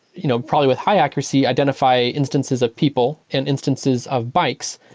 you know probably with high accuracy, identify instances of people and instances of bikes.